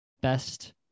best